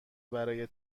برای